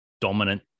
dominant